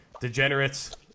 Degenerates